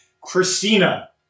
Christina